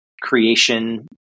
creation